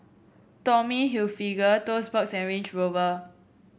Tommy Hilfiger Toast Box and Range Rover